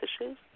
issues